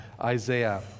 Isaiah